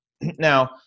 Now